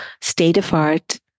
state-of-art